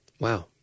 Wow